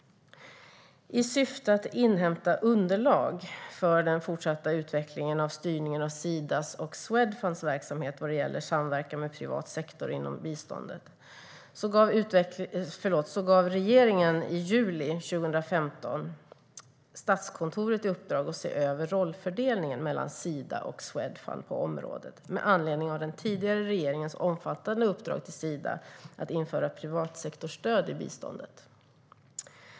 I syfte att inhämta underlag för den fortsatta utvecklingen av styrningen av Sidas och Swedfunds verksamhet vad gäller samverkan med privat sektor inom biståndet gav regeringen i juli 2015 Statskontoret i uppdrag att se över rollfördelningen mellan Sida och Swedfund på området, med anledning av den tidigare regeringens omfattande uppdrag till Sida att införa privatsektorstöd i biståndet.